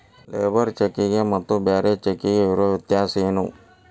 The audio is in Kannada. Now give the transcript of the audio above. ಲೇಬರ್ ಚೆಕ್ಕಿಗೆ ಮತ್ತ್ ಬ್ಯಾರೆ ಚೆಕ್ಕಿಗೆ ಇರೊ ವ್ಯತ್ಯಾಸೇನು?